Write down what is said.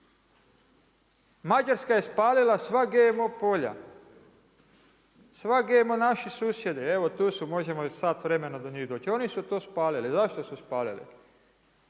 Mađarska je spalila sva GMO polja. Sva GMO, naši susjedi, evo tu su možemo za sat vremena do njih doći. Oni su to spalili. Zašto su spalili.